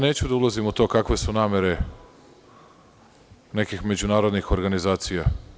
Neću da ulazim u to kakve su namere nekih međunarodnih organizacija.